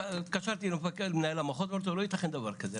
התקשרתי למנהל המחוז אמרתי לו 'לא ייתכן דבר כזה,